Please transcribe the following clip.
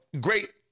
great